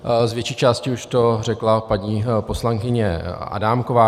Z větší části už to řekla paní poslankyně Adámková.